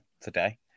today